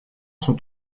sont